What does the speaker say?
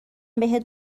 بهت